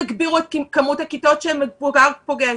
תגבירו את כמות הכיתות שמבוגר פוגש,